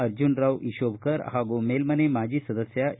ಅರ್ಜನರಾವ್ ಇತೋಭಕರ್ ಪಾಗೂ ಮೇಲ್ಮನೆ ಮಾಜಿ ಸದಸ್ಯ ಎ